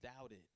doubted